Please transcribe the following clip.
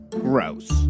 gross